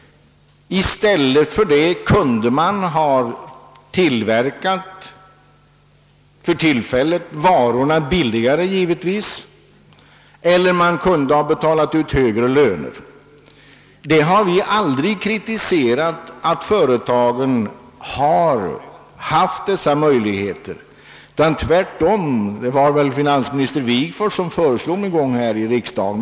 I stället kunde man givetvis ha tillverkat varorna billigare för tillfället eller ha betalt ut högre löner. Vi har aldrig kritiserat att företagen har haft dessa möjligheter. Tvärtom var det väl finansminister Wigforss som en gång lade fram förslaget därom här i riksdagen.